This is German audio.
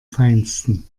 feinsten